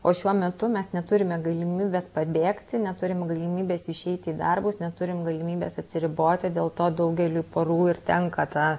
o šiuo metu mes neturime galimybės pabėgti neturim galimybės išeiti į darbus neturime galimybės atsiriboti dėl to daugeliui porų ir tenka tą